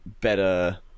better